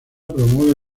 promueve